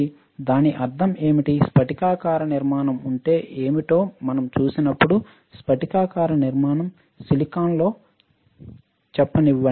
కాబట్టి దాని అర్థం ఏమిటి స్ఫటికాకార నిర్మాణం అంటే ఏమిటో మనం చూసినప్పుడు స్ఫటికాకార నిర్మాణం సిలికాన్లో చెప్పనివ్వండి